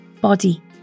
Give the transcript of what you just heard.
body